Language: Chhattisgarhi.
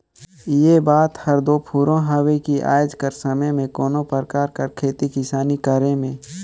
ए बात हर दो फुरों हवे कि आएज कर समे में कोनो परकार कर खेती किसानी करे में